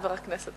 חברת הכנסת